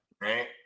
Right